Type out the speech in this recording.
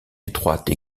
étroites